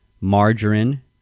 margarine